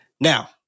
now